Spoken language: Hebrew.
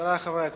חברי חברי הכנסת,